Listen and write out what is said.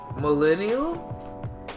millennial